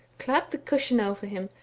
clapped the cushion over him,